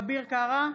אביר קארה,